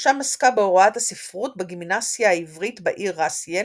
שם עסקה בהוראת הספרות בגימנסיה העברית בעיר ראסיין,